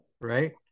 Right